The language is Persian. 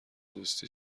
دوستی